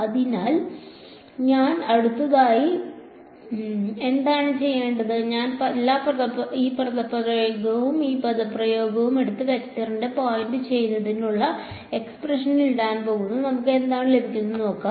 അതിനാൽ ഞാൻ അടുത്തതായി എന്താണ് ചെയ്യേണ്ടത് ഞാൻ ഈ പദപ്രയോഗവും ഈ പദപ്രയോഗവും എടുത്ത് വെക്ടറിനെ പോയിന്റ് ചെയ്യുന്നതിനുള്ള എക്സ്പ്രഷനിൽ ഇടാൻ പോകുന്നു നമുക്ക് എന്താണ് ലഭിക്കുന്നതെന്ന് നമുക്ക് നോക്കാം